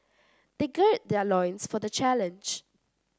they gird their loins for the challenge